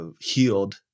healed